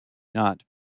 not